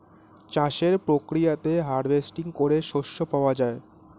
চাষের প্রক্রিয়াতে হার্ভেস্টিং করে শস্য পাওয়া যায়